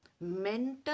mental